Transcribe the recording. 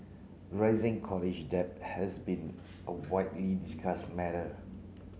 rising college debt has been a widely discussed matter